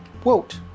quote